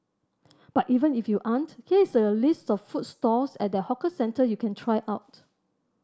but even if you aren't here is a list of food stalls at that hawker centre you can try out